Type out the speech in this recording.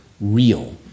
real